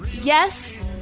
yes